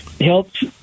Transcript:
helps